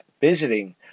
visiting